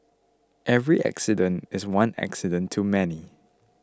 every accident is one accident too many